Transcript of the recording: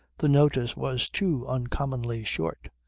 the notice was too uncommonly short.